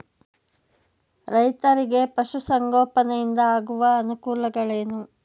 ರೈತರಿಗೆ ಪಶು ಸಂಗೋಪನೆಯಿಂದ ಆಗುವ ಅನುಕೂಲಗಳೇನು?